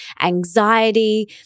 anxiety